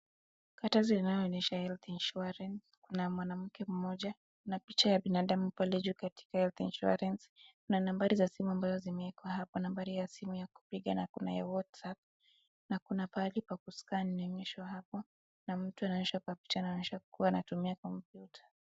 Katasi inayonyesha 'Health Insurance' , kuna mwanamke mmoja na picha ya binadamu pale juu katika 'Health Insurance' . Kuna nambari za simu ambazo zimewekwa hapo, nambari ya simu ya kupiga na kuna ya WhatsApp na kuna pahali pa ku'scan' imeonyeshwa hapo na mtu anaonyeshwa kuwa picha naonyesha kuwa anatumia kompyuta.